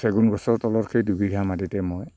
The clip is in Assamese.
চেগুন গছৰ তলত সেই দুবিঘা মাটিতেই মই